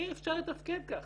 אי אפשר לתפקד ככה.